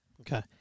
Okay